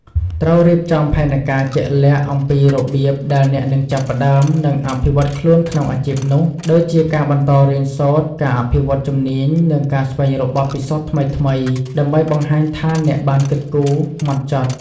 ត្រូវរៀបចំផែនការជាក់លាក់អំពីរបៀបដែលអ្នកនឹងចាប់ផ្តើម និងអភិវឌ្ឍខ្លួនក្នុងអាជីពនោះ ដូចជាការបន្តរៀនសូត្រ ការអភិវឌ្ឍជំនាញ និងការស្វែងរកបទពិសោធន៍ថ្មីៗ ដើម្បីបង្ហាញថាអ្នកបានគិតគូរហ្មត់ចត់។